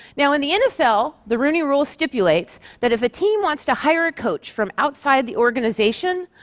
now, in the nfl, the rooney rule stipulates that if a team wants to hire a coach from outside the organization,